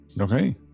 Okay